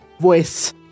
voice